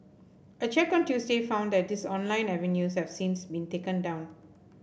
a check on Tuesday found that these online avenues have since been taken down